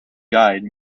guide